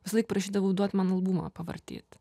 visąlaik prašydavau duot man albumą pavartyt